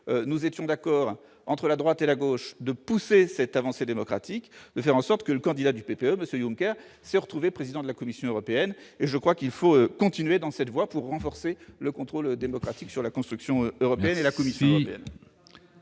nous étions d'accord entre la droite et la gauche, de pousser cette avancée démocratique, de faire en sorte que le candidat du PPE, M. Juncker, devienne président de la Commission européenne. Il faut continuer dans cette voie pour renforcer le contrôle démocratique sur la construction européenne et singulièrement sur la Commission européenne.